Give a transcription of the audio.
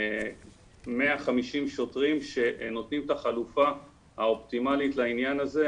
150 שוטרים שנותנים את החלופה האופטימלית לעניין הזה,